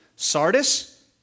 Sardis